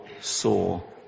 saw